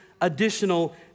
additional